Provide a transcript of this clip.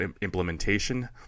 implementation